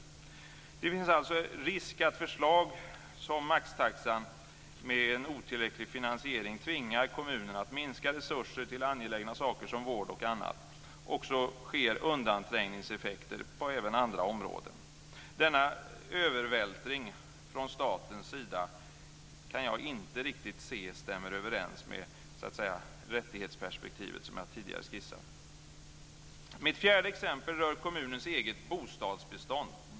Det finns alltså risk för att förslag som maxtaxan, med en otillräcklig finansiering, tvingar kommunerna att minska resurser till angelägna saker, som vård och annat, och att det sker undanträngningseffekter även på andra områden. Denna övervältring från statens sida kan jag inte riktigt se stämmer överens med det rättighetsperspektiv som jag tidigare skissat. Mitt fjärde exempel rör kommunernas eget bostadsbestånd.